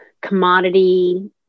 commodity